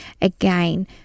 again